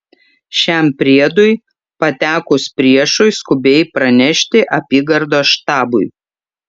šiam priedui patekus priešui skubiai pranešti apygardos štabui